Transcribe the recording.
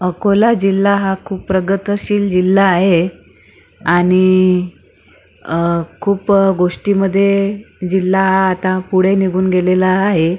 अकोला जिल्हा हा खूप प्रगतीशील जिल्हा आहे आणि खूप गोष्टीमध्ये जिल्हा हा आता पुढे निघून गेलेला आहे